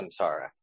samsara